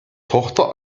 tochter